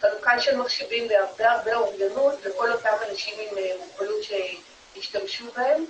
חלוקה של מחשבים והרבה אוריינות לכל אותם אנשים עם מוגבלות שישתמשו בהם,